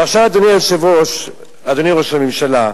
ועכשיו, אדוני היושב-ראש, אדוני ראש הממשלה,